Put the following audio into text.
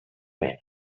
mena